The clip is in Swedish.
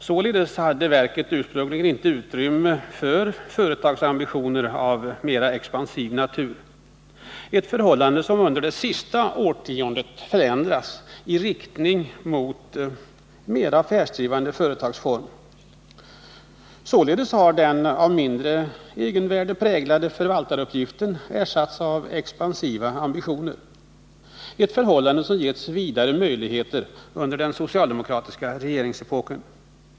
Således hade verket ursprungligen inte utrymme för företagsambitioner av mera expansiv natur, ett förhållande som under det senaste årtiondet förändrats i riktning mot att verksamheten bedrivs mera i det affärsdrivande företagets form. Den av mindre egenvärde präglade förvaltaruppgiften har alltså ersatts av expansiva ambitioner, för vilka getts vidgade möjligheter under den socialdemokratiska regeringsepoken.